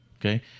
okay